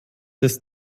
ist